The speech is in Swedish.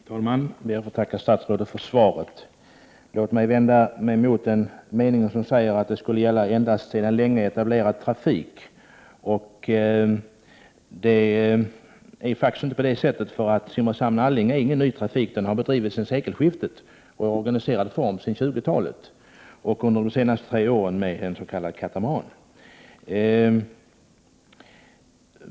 Herr talman! Jag ber att få tacka statsrådet för svaret. Låt mig vända mig emot den mening som säger att det skulle gälla endast sedan länge etablerad trafik. Det är faktiskt inte så. Simrishamn — Allinge är ingen ny trafiksträcka. Trafik på den linjen har bedrivits sedan sekelskiftet och i organiserad form sedan 20-talet. Under de tre senaste åren har transport skett med en s.k. katamaran.